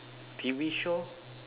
T_V show